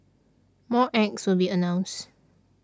more acts will be announced